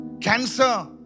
cancer